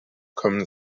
kommen